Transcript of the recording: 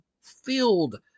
filled